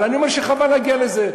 אבל אני אומר שחבל להגיע לזה.